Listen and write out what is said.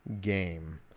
game